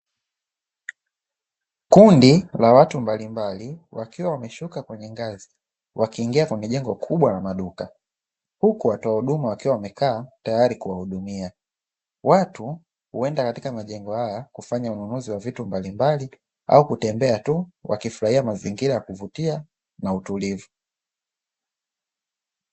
Kundi la watu mbalimbali wakiwa wameshuka kwenye ngazi wakiwa wakiingia kwenye jengo kubwa la maduka, huku watoa huduma wakiwa wamekaa tayari kuwahudumia. Watu huenda katika majengo haya kufanya ununuzi wa vitu au kutembea tuu wakifurahia mazingira ya kuvutia na utulivu.